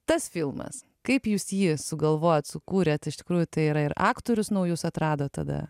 tas filmas kaip jūs jį sugalvojot sukūrėt iš tikrųjų tai yra ir aktorius naujus atradot tada